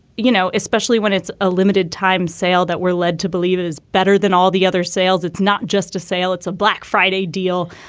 you know, especially when it's a limited time sale that we're led to believe it is better than all the other sales. it's not just a sale. it's a black friday deal.